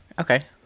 Okay